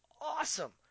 awesome